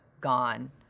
gone